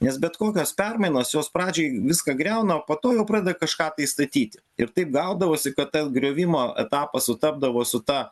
nes bet kokios permainos jos pradžioj viską griauna o po to jau pradeda kažką tai statyti ir taip gaudavosi kad tas griovimo etapas sutapdavo su ta